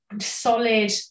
solid